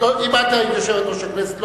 אם את היית יושבת-ראש הכנסת,